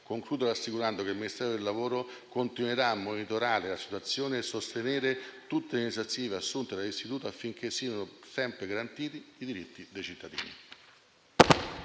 Concludo assicurando che il Ministero del lavoro e delle politiche sociali continuerà a monitorare la situazione e a sostenere tutte le iniziative assunte dall'istituto affinché siano sempre garantiti i diritti dei cittadini.